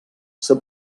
s’ha